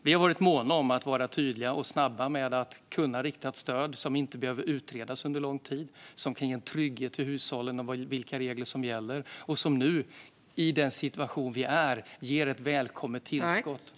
Vi har varit måna om att vara tydliga och snabba med att rikta ett stöd som inte behöver utredas under lång tid, som kan ge trygghet till hushållen om vilka regler som gäller och som ger ett välkommet tillskott i den situation vi nu är i.